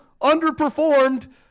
underperformed